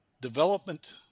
development